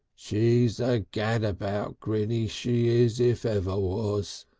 she's a gad-about grinny, she is, if ever was.